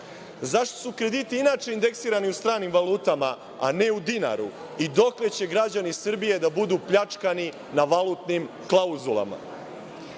Zašto su krediti inače u stranim valutama, a ne u dinarima, i dokle će građani Srbije da budu pljačkani na valutnim klauzulama? Kada